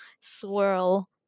swirl